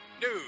news